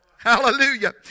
Hallelujah